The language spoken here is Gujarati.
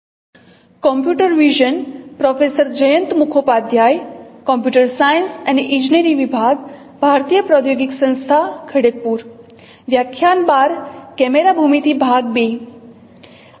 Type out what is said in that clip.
આપણે કેમેરા ભૂમિતિ પર ચર્ચા ચાલુ રાખીશું